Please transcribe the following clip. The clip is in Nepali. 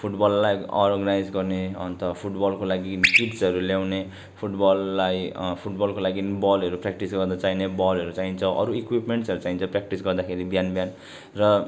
फुटबललाई अर्गनाइज गर्ने अन्त फुटबलको लागि किट्सहरू ल्याउने फुटबललाई फुटबलको लागि बलहरू प्र्याक्टिस गर्न चाहिने बलहरू चाहिन्छ अरू इक्विपमेन्टहरू चाहिँ चाहिन्छ प्र्याक्टिस गर्दाखेरि बिहान बिहान र